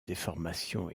déformation